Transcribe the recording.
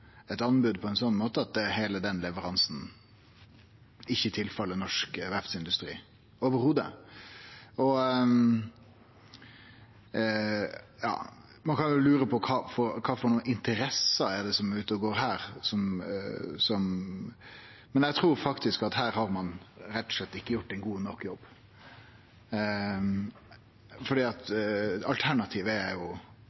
eit anbod på ein slik måte at den leveransen ikkje går til den norske verftsindustrien i det heile. Ein kan jo lure på kva for interesser som er ute og går her, men eg trur faktisk at ein her rett og slett ikkje har gjort ein god nok jobb,